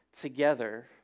together